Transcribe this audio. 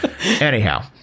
Anyhow